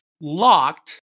locked